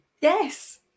Yes